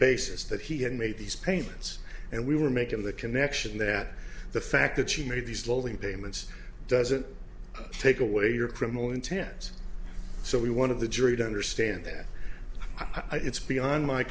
basis that he had made these payments and we were making the connection that the fact that she made these lowly payments doesn't take away your criminal intent so we won of the jury to understand that i'd it's beyond my